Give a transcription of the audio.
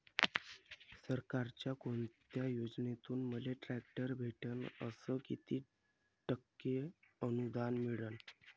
सरकारच्या कोनत्या योजनेतून मले ट्रॅक्टर भेटन अस किती टक्के अनुदान मिळन?